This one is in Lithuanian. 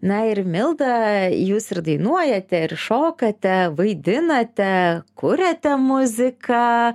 na ir milda jūs ir dainuojate ir šokate vaidinate kuriate muziką